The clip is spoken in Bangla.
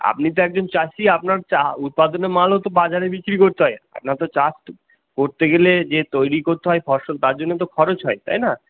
আপনি তো একজন চাষী আপনার উৎপাদনের মালও তো বাজারে বিক্রি করতে হয় আপনার তো চাষ করতে গেলে যে তৈরি করতে হয় ফসল তার জন্য তো খরচ হয় তাই না